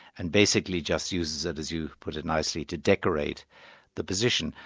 and basically just uses it as you put it nicely, to decorate the position.